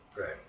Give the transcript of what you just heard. right